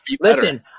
listen